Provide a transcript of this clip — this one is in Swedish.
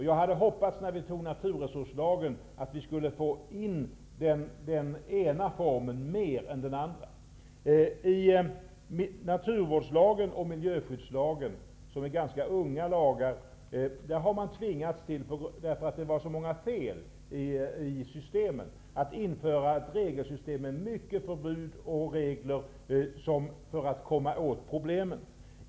Jag hade hoppats när vi antog naturresurslagen att vi skulle få in mer av den ena formen än av den andra. I naturvårdslagen och miljöskyddslagen, som är ganska unga lagar, har man tvingats till ett regelsystem med många förbud och regler för att komma åt problemen därför att det var så många fel i systemen.